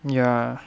ya